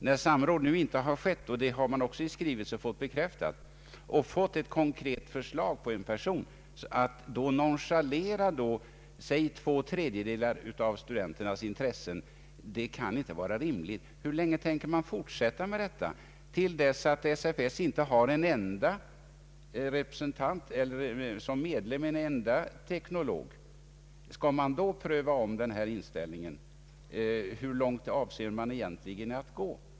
När samråd nu inte skett, när man i en skrivelse fått det bekräftat och dessutom fått ett konkret förslag på en person, då kan det inte vara rimligt att nonchalera låt säga vad två tredjedelar av studenterna vill. Hur länge tänker man fortsätta med detta? Till dess SFS inte har en enda teknolog som medlem? Skall man då ompröva denna inställning? Hur långt avser man egentligen att gå?